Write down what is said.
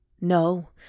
No